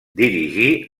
dirigí